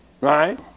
right